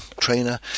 trainer